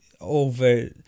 over